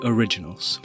Originals